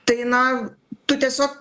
tai na tu tiesio